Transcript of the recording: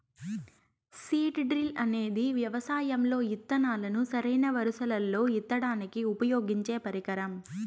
seed drill అనేది వ్యవసాయం లో ఇత్తనాలను సరైన వరుసలల్లో ఇత్తడానికి ఉపయోగించే పరికరం